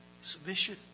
Submission